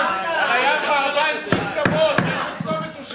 דנון, הרי היו לך 14 כתובות, לאיזה כתובת הוא שלח?